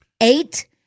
eight